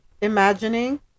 imagining